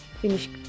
finish